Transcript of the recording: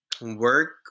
work